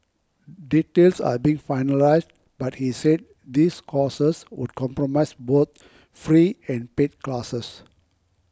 details are being finalised but he said these courses would compromise both free and paid classes